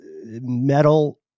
metal